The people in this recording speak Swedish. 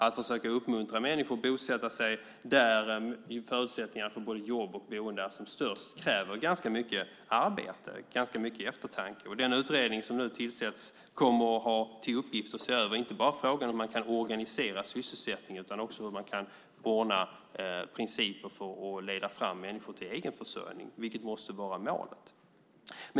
Att försöka uppmuntra människor att bosätta sig där förutsättningarna för både jobb och boende är som störst kräver ganska mycket arbete, ganska mycket eftertanke. Den utredning som nu tillsätts kommer att ha till uppgift att se över inte bara frågan om hur man kan organisera sysselsättning utan också hur man kan ordna principer för att leda fram människor till egenförsörjning, vilket måste vara målet.